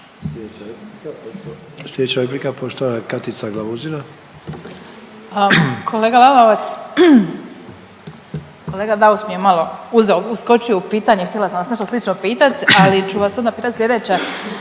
Glamuzina. **Glamuzina, Katica (Nezavisni)** Kolega Lalovac, kolega Daus mi je malo uzeo, uskočio u pitanje, htjela sam vas nešto slično pitati, ali ću vas onda pitati sljedeće.